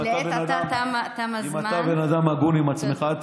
אם אתה בן אדם הגון עם עצמך.